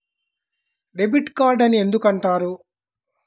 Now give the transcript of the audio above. Debit card అని ఎందుకు అంటారు?